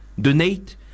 donate